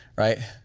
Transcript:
right?